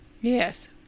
Yes